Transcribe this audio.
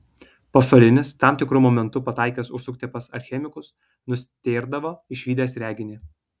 pašalinis tam tikru momentu pataikęs užsukti pas alchemikus nustėrdavo išvydęs reginį